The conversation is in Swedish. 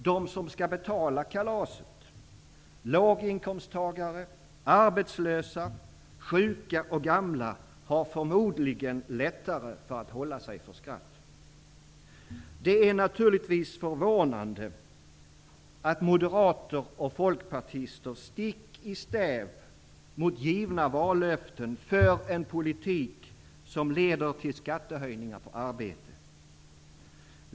De som skall betala kalaset -- låginkomsttagare, arbetslösa, sjuka och gamla -- har förmodligen lättare att hålla sig för skratt. Det är naturligtvis förvånande att moderater och folkpartister stick i stäv mot givna vallöften för en politik som leder till skattehöjningar på arbete.